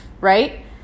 right